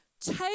take